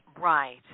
Right